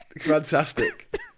Fantastic